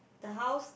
the house